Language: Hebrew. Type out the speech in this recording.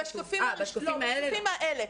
לא, בשקפים האלה.